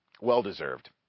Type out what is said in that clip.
Well-deserved